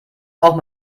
auch